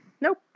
nope